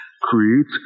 creates